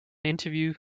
interview